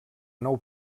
nou